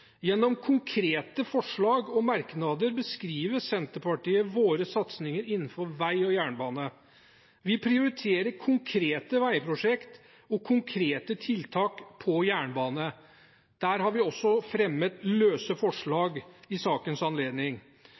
Gjennom konkrete forslag og merknader beskriver Senterpartiet våre satsinger innenfor vei og jernbane. Vi prioriterer konkrete veiprosjekt og konkrete tiltak på jernbane. Der har vi også fremmet løse forslag i sakens anledning.